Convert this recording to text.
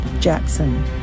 Jackson